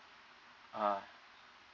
ah